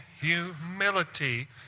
humility